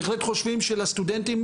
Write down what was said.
ובעיניי חשוב שנדון בו,